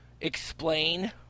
explain